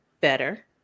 better